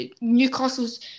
Newcastle's